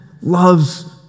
loves